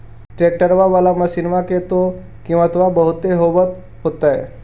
ट्रैक्टरबा बाला मसिन्मा के तो किमत्बा बहुते होब होतै?